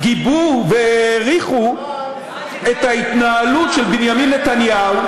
גיבו והעריכו את ההתנהלות של בנימין נתניהו,